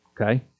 Okay